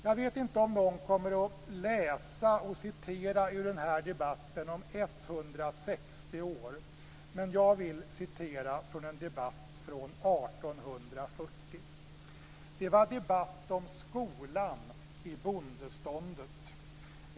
Jag vet inte om någon om 160 år kommer att läsa och citera ur den här debatten men jag vill citera från en debatt från 1840. Det var debatt om skolan i bondeståndet.